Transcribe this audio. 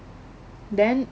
then